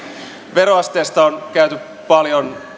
veroasteesta on käyty paljon